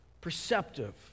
perceptive